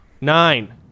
nine